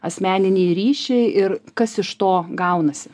asmeniniai ryšiai ir kas iš to gaunasi